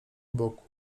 boku